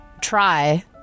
try